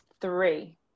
three